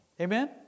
Amen